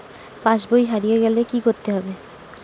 পাশবই হারিয়ে গেলে কি করতে হবে?